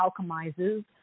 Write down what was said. alchemizes